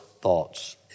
thoughts